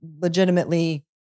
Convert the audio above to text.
legitimately